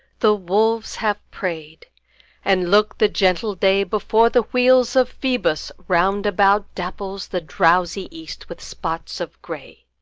the wolves have prey'd and look, the gentle day, before the wheels of phoebus, round about dapples the drowsy east with spots of grey.